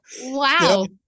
Wow